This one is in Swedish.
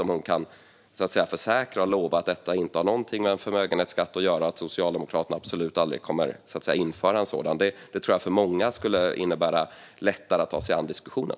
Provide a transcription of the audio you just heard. Om man kan försäkra och lova att detta inte har någonting med förmögenhetsskatt att göra och att Socialdemokraterna absolut aldrig kommer att införa en sådan tror jag att det skulle bli lättare för många att ta sig an diskussionen.